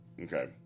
Okay